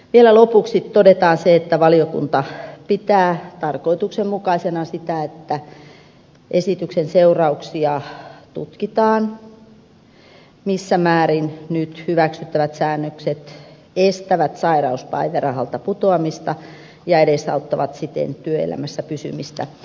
vielä lopuksi todetaan se että valiokunta pitää tarkoituksenmukaisena sitä että esityksen seurauksia tutkitaan missä määrin nyt hyväksyttävät säännökset estävät sairauspäivärahalta putoamista ja edesauttavat siten työelämässä pysymistä